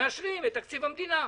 מאשרים את תקציב המדינה.